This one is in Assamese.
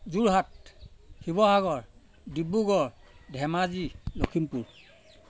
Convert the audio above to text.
যোৰহাট শিৱসাগৰ ডিব্ৰুগড় ধেমাজি লখিমপুৰ